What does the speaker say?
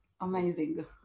Amazing